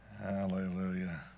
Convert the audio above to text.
Hallelujah